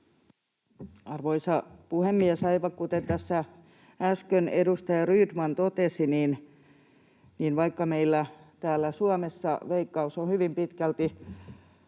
Arvoisa puhemies! Aivan kuten tässä äsken edustaja Rydman totesi, vaikka meillä täällä Suomessa Veikkaus on hyvin pitkälti